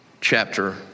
chapter